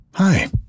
Hi